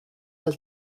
dal